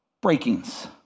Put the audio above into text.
breakings